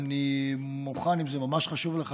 אם זה ממש חשוב לך,